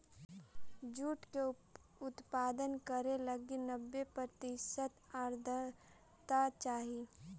jute के उत्पादन करे लगी नब्बे प्रतिशत आर्द्रता चाहइ